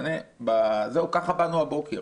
אתמול וככה באנו הבוקר,